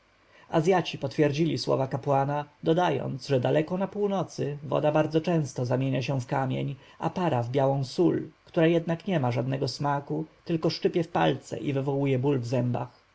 azjaci potwierdzili słowa kapłana dodając że daleko na północy woda bardzo często zamienia się w kamień a para w białą sól która jednak nie ma żadnego smaku tylko szczypie w palce i wywołuje ból w zębach